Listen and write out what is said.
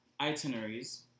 itineraries